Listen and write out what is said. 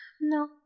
No